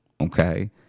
okay